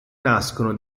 nascono